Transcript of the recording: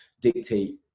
dictate